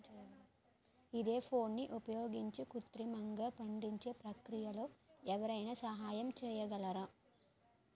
ఈథెఫోన్ని ఉపయోగించి కృత్రిమంగా పండించే ప్రక్రియలో ఎవరైనా సహాయం చేయగలరా?